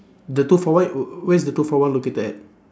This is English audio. the two for one w~ where's the two for one located at